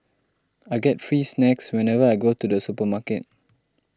I get free snacks whenever I go to the supermarket